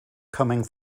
coming